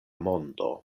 mondo